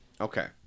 Okay